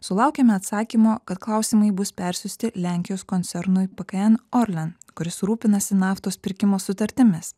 sulaukėme atsakymo kad klausimai bus persiųsti lenkijos koncernui pkn orlen kuris rūpinasi naftos pirkimo sutartimis